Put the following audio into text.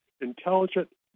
Intelligent